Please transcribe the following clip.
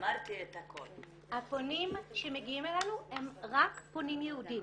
הפונים שמגיעים אלינו הם רק פונים יהודים,